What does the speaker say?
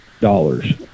dollars